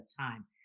Time